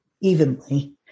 evenly